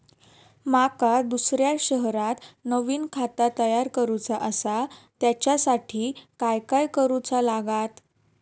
माका दुसऱ्या शहरात नवीन खाता तयार करूचा असा त्याच्यासाठी काय काय करू चा लागात?